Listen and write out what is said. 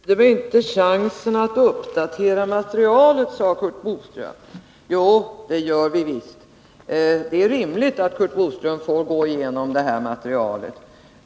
Herr talman! Ni ger oss inte chansen att uppdatera materialet, sade Curt Boström. Jo, det gör vi visst. Det är rimligt att Curt Boström får gå igenom det här materialet.